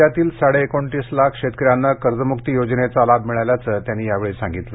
राज्यातील साडे एकोणतीस लाख शेतकऱ्यांना कर्जमुक्ती योजनेचा लाभ मिळाल्याचं त्यांनी यावेळी सांगितलं